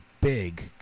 big